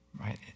Right